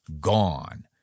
gone